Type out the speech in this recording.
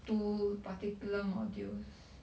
two particular modules